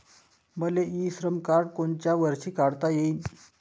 मले इ श्रम कार्ड कोनच्या वर्षी काढता येईन?